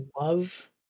love